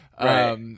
Right